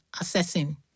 assessing